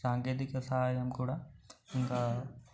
సాంకేతిక సహాయం కూడా ఇంకా